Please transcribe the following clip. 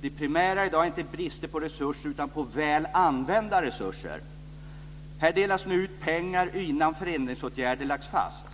Det primära i dag är inte bristen på resurser utan på väl använda resurser. Här delas nu ut pengar innan förändringsåtgärder lagts fast.